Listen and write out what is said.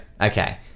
Okay